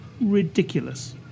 Ridiculous